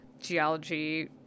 geology